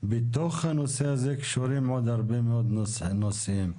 בתוך הנושא הזה קשורים עוד הרבה מאוד נושאים.